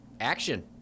action